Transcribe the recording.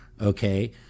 okay